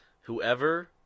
Whoever